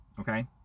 Okay